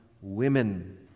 women